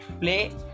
play